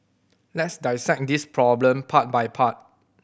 let's dissect this problem part by part